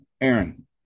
Aaron